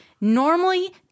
normally